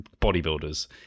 bodybuilders